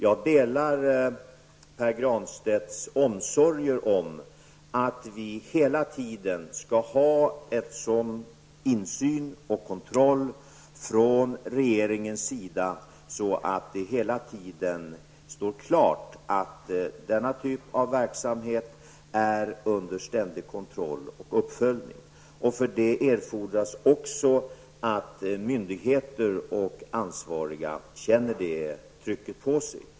Jag delar Pär Granstedts omsorger om att regeringen hela tiden skall ha en sådan insyn och kontroll att det hela tiden står klart att denna typ av verksamhet är under ständig kontroll och uppföljning. För detta erfordras att även myndigheter och ansvariga känner det trycket på sig.